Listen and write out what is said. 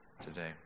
today